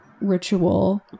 ritual